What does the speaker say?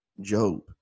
job